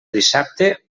dissabte